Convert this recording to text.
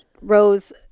Rose